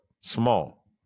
small